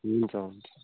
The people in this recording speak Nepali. हुन्छ हुन्छ